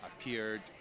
appeared